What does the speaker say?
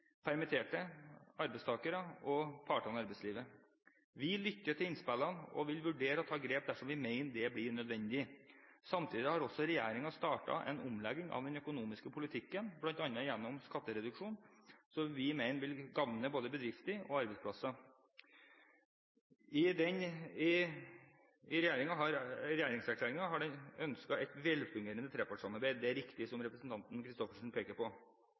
permitterte arbeidstakere og partene i arbeidslivet. Vi lytter til innspillene og vil vurdere å ta grep dersom vi mener det blir nødvendig. Samtidig har også regjeringen startet en omlegging av den økonomiske politikken, bl.a. gjennom skattereduksjoner som vi mener vil gagne både bedrifter og arbeidsplasser. I regjeringserklæringen uttrykker vi at vi ønsker et velfungerende trepartssamarbeid – det er riktig det som representanten Christoffersen peker på.